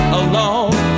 alone